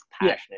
passionate